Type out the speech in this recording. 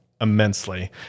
immensely